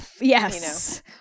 Yes